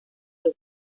club